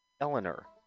Eleanor